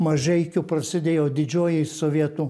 mažeikių prasidėjo didžioji sovietų